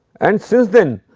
and since then,